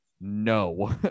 no